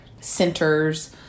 centers